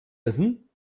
essen